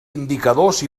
indicadors